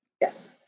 Yes